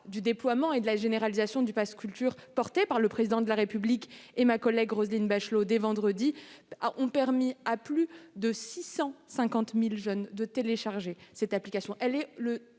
du déploiement et de la généralisation du pass culture, porté par le Président de la République et par ma collègue Roselyne Bachelot dès vendredi dernier, montrent que plus de 650 000 jeunes ont téléchargé l'application : c'est